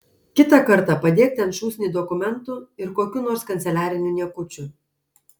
kitą kartą padėk ten šūsnį dokumentų ir kokių nors kanceliarinių niekučių